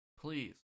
Please